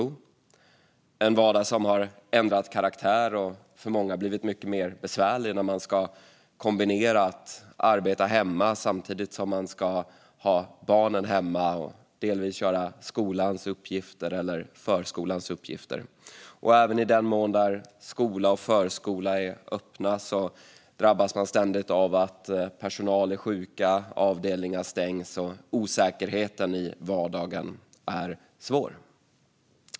Det är en vardag som har ändrat karaktär och för många blivit mycket mer besvärlig när man ska arbeta hemma samtidigt som man ska ha barnen hemma och delvis göra skolans och förskolans uppgifter. Även i den mån skola och förskola är öppna drabbas man ständigt av att personal är sjuk, avdelningar stängs och att osäkerheten i vardagen är svår.